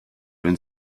wenn